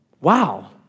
Wow